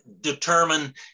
determine